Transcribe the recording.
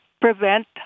prevent